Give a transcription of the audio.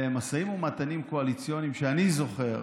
במשאים ומתנים קואליציוניים שאני זוכר,